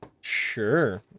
sure